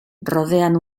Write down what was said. rodean